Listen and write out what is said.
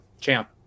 champ